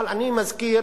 אבל אני מזכיר